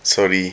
sorry